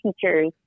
teachers